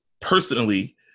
personally